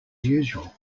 usual